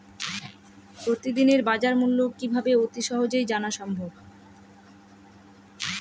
প্রতিদিনের বাজারমূল্য কিভাবে অতি সহজেই জানা সম্ভব?